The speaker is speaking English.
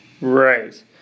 Right